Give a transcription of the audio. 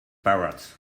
parrots